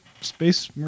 space